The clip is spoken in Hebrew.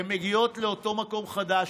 הן מגיעות לאותו מקום חדש,